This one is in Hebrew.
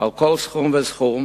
על כל סכום וסכום,